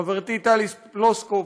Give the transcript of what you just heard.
חברתי טלי פלוסקוב,